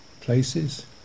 places